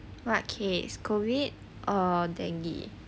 what case COVID or dengue